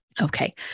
Okay